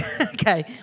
okay